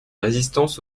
résistance